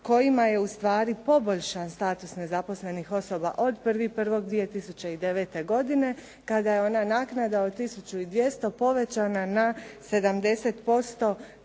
kojima je ustvari poboljšan status nezaposlenih osoba od 1.1.2009. godine kada je onda naknada od 1200 povećana na 70%